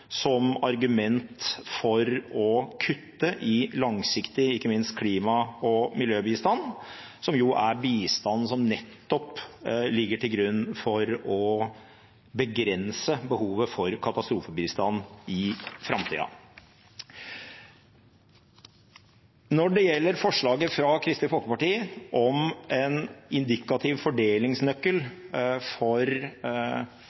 som argument for å kutte ikke minst i langsiktig klima- og miljøbistand, som jo er bistand som nettopp ligger til grunn for å begrense behovet for katastrofebistand i framtida. Når det gjelder forslaget fra Kristelig Folkeparti om en indikativ fordelingsnøkkel